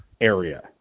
area